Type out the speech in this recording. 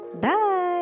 Bye